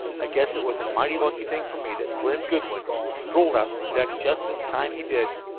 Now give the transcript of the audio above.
i guess it was a mighty lucky thing for me that slim goodwin strolled out on deck just at the time he did.